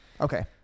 Okay